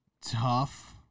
tough